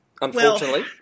Unfortunately